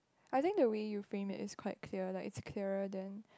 I think the way you frame is quite clear like it's clearer than